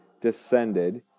descended